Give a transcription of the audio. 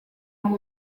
amb